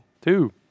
Two